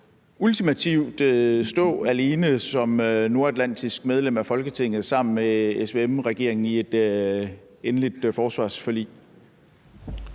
ultimativt vil stå alene som nordatlantisk medlem af Folketinget sammen med SVM-regeringen i et endeligt forsvarsforlig.